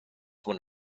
one